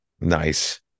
Nice